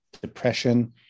depression